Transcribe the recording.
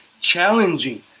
challenging